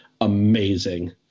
amazing